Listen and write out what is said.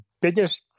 biggest